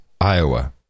Iowa